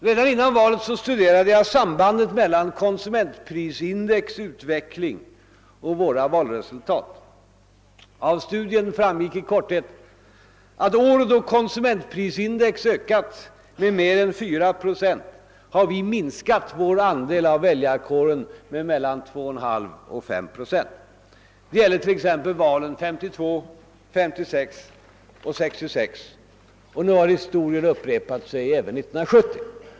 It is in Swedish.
Redan före valet studerade jag sambandet mellan konsumentprisindex” utveckling och våra valresultat. Av denna studie framgick i korthet att de år då konsumentprisindex ökat med mer än 4 procent minskade vår andel i väljarkåren med. mellan 2,5 och 5 procent: Det gäller t.ex. valen 1952, 1956 och 1966, och nu har historien upprepat sig även 1970.